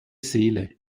seele